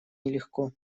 нелегко